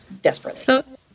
desperately